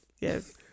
Yes